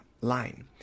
line